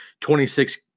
26